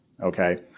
Okay